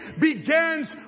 begins